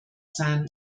sein